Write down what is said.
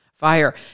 Fire